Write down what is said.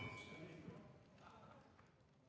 Merci